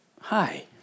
hi